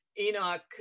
Enoch